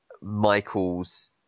Michael's